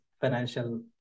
financial